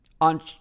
on